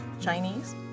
Chinese